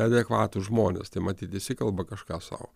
neadekvatūs žmonės tai matyt visi kalba kažką sau